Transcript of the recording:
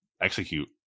execute